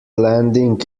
landing